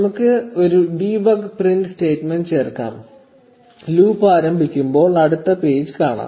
നമുക്ക് ഒരു debug print statement ചേർക്കാം ലൂപ്പ് ആരംഭിക്കുമ്പോൾ അടുത്ത പേജ് കാണാം